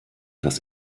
das